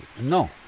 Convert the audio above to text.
No